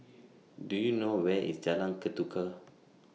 Do YOU know Where IS Jalan Ketuka